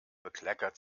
bekleckert